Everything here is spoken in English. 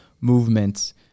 movements